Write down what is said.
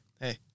Hey